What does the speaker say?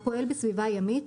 הפועל בסביבה הימית,